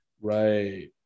Right